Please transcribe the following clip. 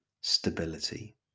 stability